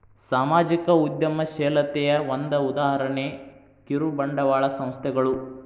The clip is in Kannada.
ಸಾಮಾಜಿಕ ಉದ್ಯಮಶೇಲತೆಯ ಒಂದ ಉದಾಹರಣೆ ಕಿರುಬಂಡವಾಳ ಸಂಸ್ಥೆಗಳು